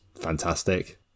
fantastic